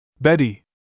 Betty